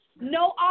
no